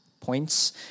points